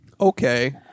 Okay